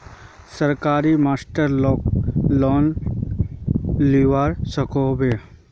सरकारी मास्टर लाक लोन मिलवा सकोहो होबे?